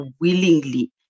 willingly